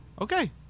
Okay